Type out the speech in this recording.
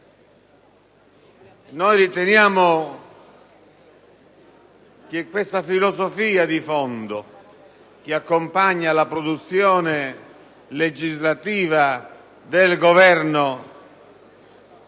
Riteniamo che la filosofia di fondo che accompagna la produzione legislativa del Governo nasconda